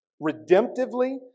redemptively